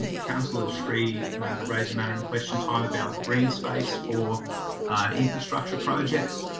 councillor sri raised a matter in question time about green space for infrastructure projects.